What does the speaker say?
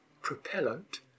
propellant